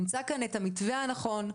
נמצא כאן את המתווה הנכון.